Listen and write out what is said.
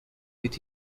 with